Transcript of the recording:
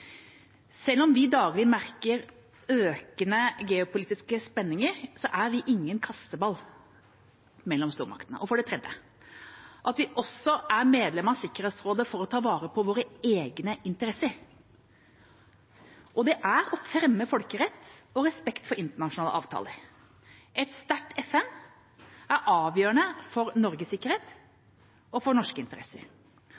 selv om vi daglig merker økende geopolitiske spenninger, er vi ingen kasteball mellom stormaktene at vi også er medlem av Sikkerhetsrådet for å ta vare på våre egne interesser, og det er å fremme folkeretten og respekt for internasjonale avtaler, for et sterkt FN er avgjørende for Norges sikkerhet